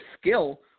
skill